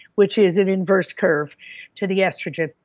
which is an inverse curve to the estrogen.